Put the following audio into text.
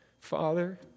Father